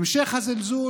את המשך הזלזול,